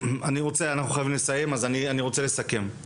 אנחנו חייבים לסיים אז אני רוצה לסכם.